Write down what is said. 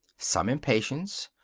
some impatience.